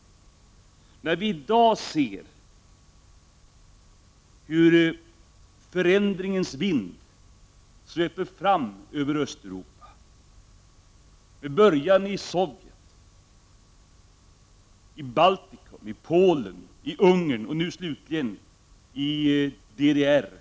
10 november 1989 Vi ser i dag hur förändringens vind sveper fram över Östeuropa - det bör-=- I jade i Sovjet och fortsatte i Baltikum, Polen och Ungern och nu gäller det DDR.